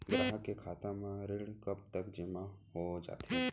ग्राहक के खाता म ऋण कब तक जेमा हो जाथे?